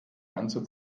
ganze